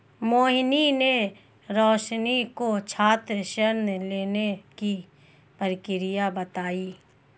मोहिनी ने रोशनी को छात्र ऋण लेने की प्रक्रिया बताई